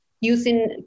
using